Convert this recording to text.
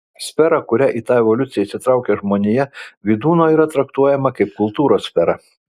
sfera kuria į tą evoliuciją įsitraukia žmonija vydūno yra traktuojama kaip kultūros sfera